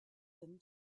him